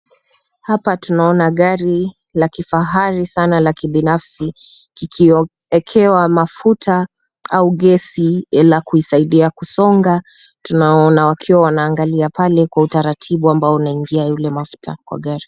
Hapa tunaona gari la kifahari Sana laki binafsi kikiekewa mafuta au gesi la kuisaidia kusonga, tunawaona wakiwa wanaanglia pale Kwa utaratibu ambao unaingia yule mafuta Kwa gari .